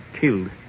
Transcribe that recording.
killed